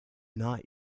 not